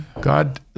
God